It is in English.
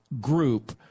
group